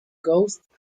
coast